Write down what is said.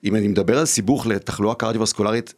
אם אני מדבר על סיבוך לתחלואה קרדיו-וסקולרית?